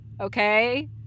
okay